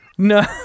no